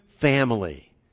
family